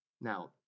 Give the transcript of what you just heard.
Now